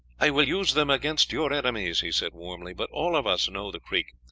i will use them against your enemies, he said warmly but all of us know the creek,